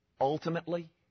Ultimately